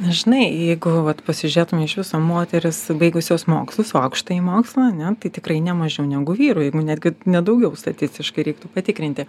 na žinai jeigu vat pasižiūrėtume iš viso moteris baigusios mokslus aukštąjį mokslą ane tai tikrai ne mažiau negu vyrų jeigu netgi ne daugiau statistiškai reiktų patikrinti